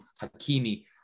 Hakimi